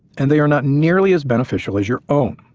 and they are not nearly as beneficial as your own.